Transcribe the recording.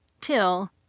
till